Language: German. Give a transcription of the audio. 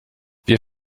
wir